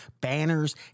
banners